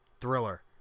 Thriller